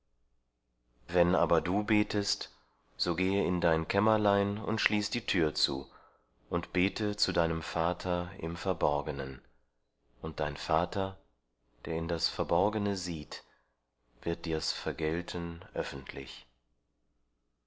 wenn aber du betest so gehe in dein kämmerlein und schließ die tür zu und bete zu deinem vater im verborgenen und dein vater der in das verborgene sieht wird dir's vergelten öffentlich